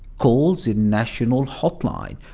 call the national hotline,